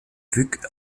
wyk